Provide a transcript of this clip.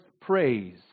praise